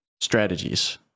strategies